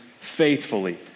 faithfully